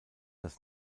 das